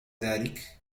ذلك